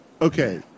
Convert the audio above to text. Okay